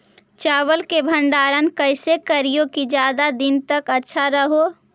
चावल के भंडारण कैसे करिये की ज्यादा दीन तक अच्छा रहै?